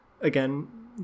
again